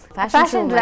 fashion